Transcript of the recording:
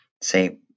say